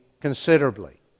considerably